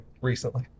recently